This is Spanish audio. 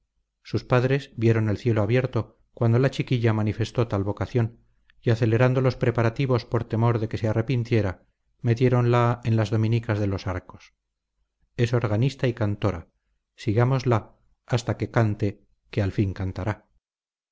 sus padres vieron el cielo abierto cuando la chiquilla manifestó tal vocación y acelerando los preparativos por temor de que se arrepintiera metiéronla en las dominicas de los arcos es organista y cantora sigámosla hasta que cante que al fin cantará